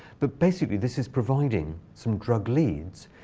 but basically this is providing some drug leads.